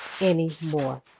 anymore